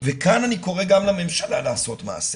וכאן אני קורא גם לממשלה לעשות מעשה.